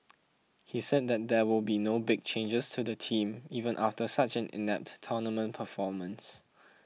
he said that there will be no big changes to the team even after such an inept tournament performance